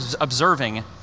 observing